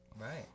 Right